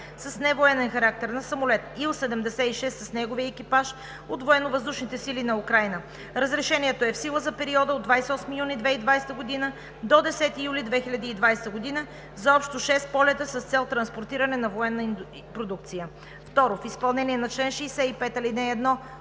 с невоенен характер на самолет Ил-76 с неговия екипаж от военновъздушните сили на Украйна. Разрешението е в сила за периода от 28 юни 2020 г. до 10 юли 2020 г. за общо шест полета с цел транспортиране на военна продукция. 2. В изпълнение на чл. 65, ал. 1